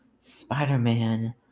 Spider-Man